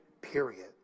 period